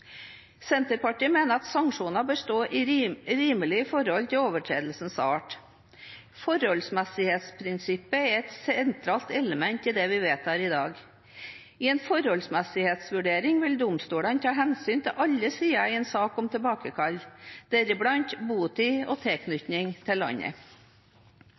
Senterpartiet mener at sanksjoner bør stå i rimelig forhold til overtredelsens art. Forholdsmessighetsprinsippet er et sentralt element i det vi vedtar i dag. I en forholdsmessighetsvurdering vil domstolene ta hensyn til alle sider i en sak om tilbakekall, deriblant botid og tilknytning til landet.